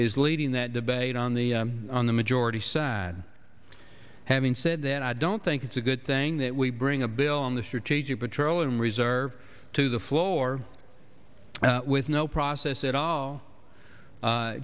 is leading that debate on the on the majority sad having said that i don't think it's a good thing that we bring a bill on the strategic petroleum reserve to the floor with no process at all